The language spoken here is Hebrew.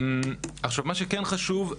מה שכן חשוב הוא,